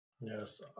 Yes